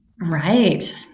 Right